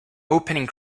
opening